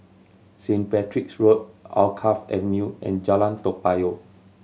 Saint Patrick's Road Alkaff Avenue and Jalan Toa Payoh